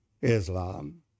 Islam